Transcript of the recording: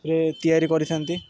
ରେ ତିଆରି କରିଥାନ୍ତି